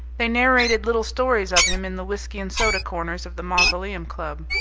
they narrated little stories of him in the whiskey-and-soda corners of the mausoleum club.